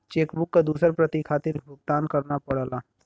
check book क दूसर प्रति खातिर भुगतान करना पड़ला